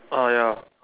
ah ya